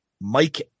Mike